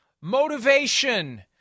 motivation